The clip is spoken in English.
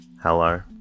Hello